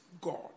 God